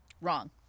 Wrong